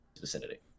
vicinity